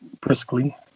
briskly